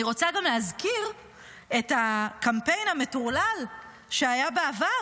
אני רוצה גם להזכיר את הקמפיין המטורלל שהיה בעבר